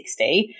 60